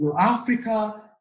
Africa